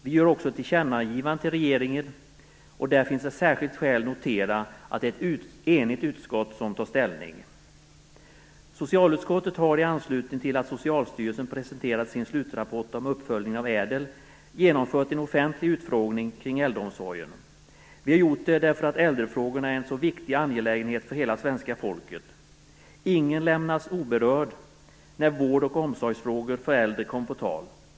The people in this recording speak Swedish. Vi gör också ett tillkännagivande till regeringen, och där finns det särskilt skäl att notera att det är ett enigt utskott som tar ställning. Socialutskottet har i anslutning till att Socialstyrelsen presenterat sin slutrapport om uppföljning av ÄDEL genomfört en offentlig utfrågning kring äldreomsorgen. Vi har gjort det därför att äldrefrågorna är en så viktig angelägenhet för hela svenska folket. Ingen lämnas oberörd när vård och omsorgsfrågor för äldre kommer på tal.